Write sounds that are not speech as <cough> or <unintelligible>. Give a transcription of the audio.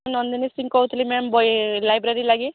ମୁଁ ନନ୍ଦିନୀ ସିଙ୍ଗ୍ କହୁଥିଲି ma'am <unintelligible> library ଲାଗି